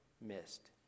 missed